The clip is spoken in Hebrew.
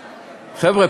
חבר'ה,